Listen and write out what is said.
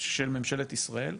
של ממשלת ישראל.